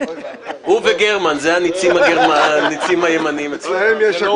הוא וגרמן זה הנצים הימנים אצלם.